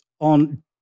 on